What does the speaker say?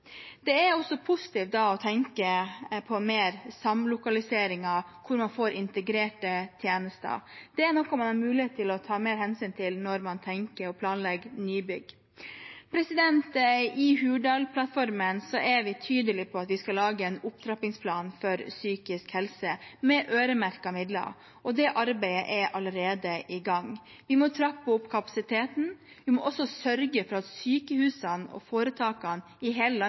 er det positivt å tenke på mer samlokalisering hvor man får integrerte tjenester. Det er noe man har mulighet til å ta mer hensyn til når man tenker å planlegge nybygg. I Hurdalsplattformen er vi tydelige på at vi skal lage en opptrappingsplan for psykisk helse, med øremerkede midler. Det arbeidet er allerede i gang. Vi må trappe opp kapasiteten, og vi må sørge for at sykehusene og foretakene i